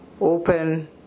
open